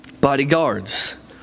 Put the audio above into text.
bodyguards